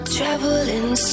Traveling